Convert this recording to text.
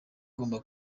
ngomba